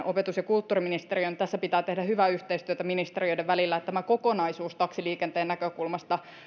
opetus ja kulttuuriministeriön tässä pitää tehdä hyvää yhteistyötä ministeriöiden välillä että tämä kokonaisuus taksiliikenteen näkökulmasta